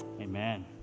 amen